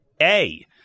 A-